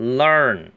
learn